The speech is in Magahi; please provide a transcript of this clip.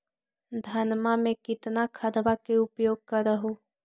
धानमा मे कितना खदबा के उपयोग कर हू?